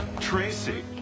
Tracy